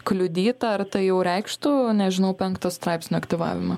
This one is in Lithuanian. kliudyta ar tai jau reikštų nežinau penkto straipsnio aktyvavimą